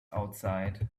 outside